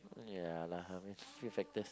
ya lah I mean few factors